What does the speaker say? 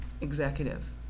executive